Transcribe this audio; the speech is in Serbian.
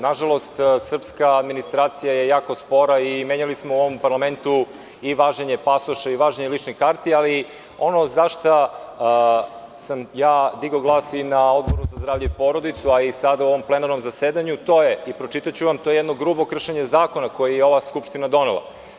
Nažalost, srpska administracija je jako spora i menjali smo u ovom parlamentu i važenje pasoša i važenje ličnih karti, ali ono za šta sam ja digao glas i na Odboru za zdravlje i porodicu, a i sada u ovom plenarnom zasedanju, to je i pročitaću vam, to je jedno grubo kršenje zakona koji je ova Skupština donela.